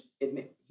admit